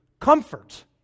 comfort